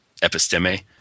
episteme